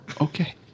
Okay